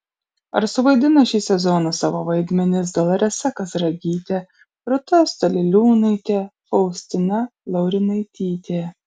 ar suvaidino šį sezoną savo vaidmenis doloresa kazragytė rūta staliliūnaitė faustina laurinaitytė